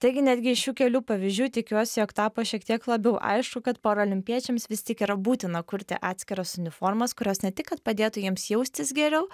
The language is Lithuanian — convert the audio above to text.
taigi netgi iš šių kelių pavyzdžių tikiuosi jog tapo šiek tiek labiau aišku kad paralimpiečiams vis tik yra būtina kurti atskiras uniformas kurios ne tik kad padėtų jiems jaustis geriau